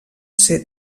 ser